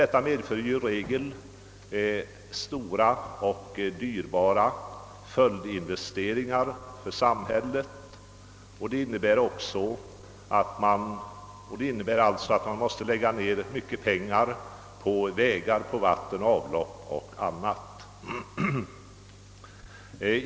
Detta för dock i regel med sig stora och dyrbara följdinvesteringar för samhället, som måste lägga ned mycket pengar på vägar, vatten, avlopp m.m.